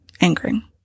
angering